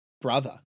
brother